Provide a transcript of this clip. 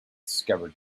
scabbard